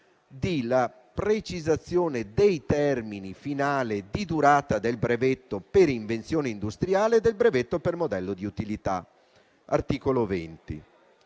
la precisazione del termine finale di durata del brevetto per invenzione industriale e del brevetto per modello di utilità (articolo 20);